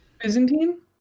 Byzantine